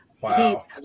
Wow